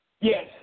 Yes